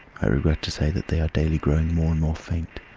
i regret to say that they are daily growing more and more faint,